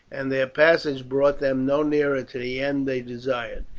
and their passage brought them no nearer to the end they desired.